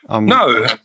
No